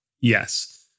yes